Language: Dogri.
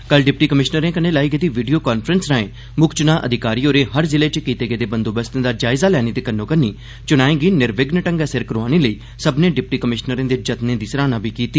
कल डिप्टी कमिशनरें कन्नै लाई गेदी वीडियो कांफ्रेंस राएं मुक्ख चुनां अधिकारी होरें हर जिले च कीते गेदे बंदोबस्तें दा जायजा लैने दे कन्नो कन्नी चुनाएं गी र्निविघ्न ढंग्गै सिर करोआने लेई सब्मनें डिप्टी कमिशनरें दे जतनें दी सराहना बी कीती